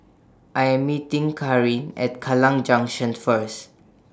I Am meeting Carin At Kallang Junction First